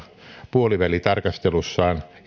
puolivälitarkastelussaan